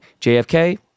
jfk